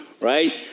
right